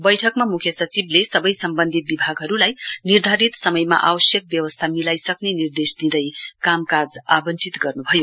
बैठकमा मुख्य सचिवले सबै सम्बन्धित विभागहरूलाई निर्धारित समयमा आवश्यक व्यवस्था मिलाईसक्ने निर्देश दिँदै कामकाज आवंटित गर्नु भयो